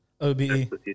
OBE